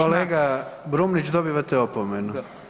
Kolega Brumnić, dobivate opomenu.